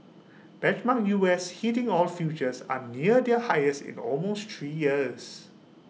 benchmark U S heating oil futures are near their highest in almost three years